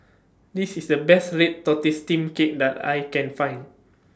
This IS The Best Red Tortoise Steamed Cake that I Can Find